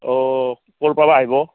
অঁ ক'ৰ পৰা আহিব